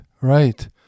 right